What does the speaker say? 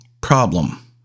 problem